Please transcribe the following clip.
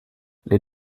les